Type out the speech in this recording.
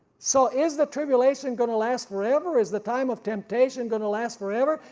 so is the tribulation gonna last forever, is the time of temptation gonna last forever,